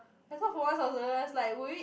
that's why for once i was like realise like will it